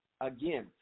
again